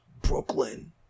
Brooklyn